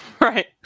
right